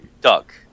duck